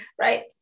right